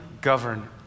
govern